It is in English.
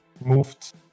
moved